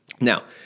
Now